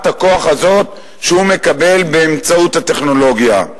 הכוח הזאת שהוא מקבל באמצעות הטכנולוגיה.